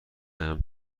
امر